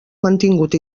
mantingut